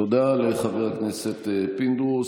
תודה לחבר הכנסת פינדרוס.